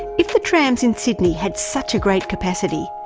if the trams in sydney had such a great capacity,